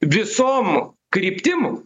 visom kryptim